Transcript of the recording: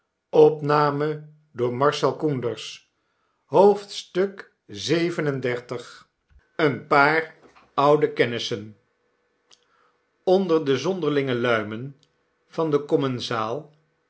xxxvii een paar oude kennissen onder de zonderlinge luimen van den commensaal